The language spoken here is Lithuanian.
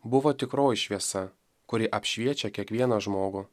buvo tikroji šviesa kuri apšviečia kiekvieną žmogų